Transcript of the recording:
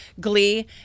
Glee